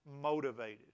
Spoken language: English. motivated